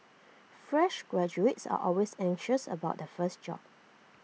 fresh graduates are always anxious about their first job